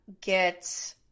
get